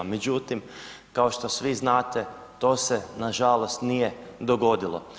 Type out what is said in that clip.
Međutim, kao što svi znate to se nažalost nije dogodilo.